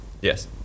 Yes